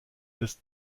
des